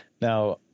Now